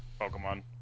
Pokemon